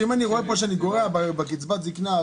אם אני רואה שאני גורע בקצבת זקנה,